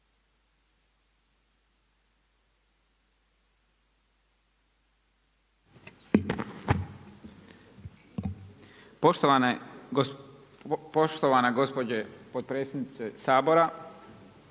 Poštovana gospođo potpredsjednice Sabora,